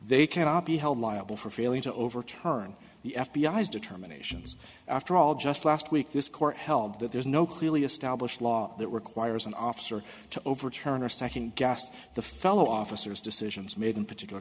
they cannot be held liable for failing to overturn the f b i s determinations after all just last week this court held that there is no clearly established law that requires an officer to overturn or second guess the fellow officers decisions made in particular